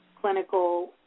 clinical